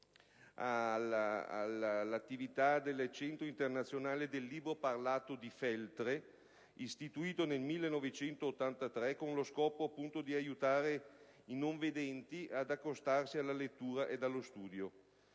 l'attività del Centro Internazionale del Libro Parlato di Feltre, istituito nel 1983, con lo scopo di aiutare i non vedenti ad accostarsi alla lettura ed allo studio.